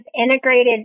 integrated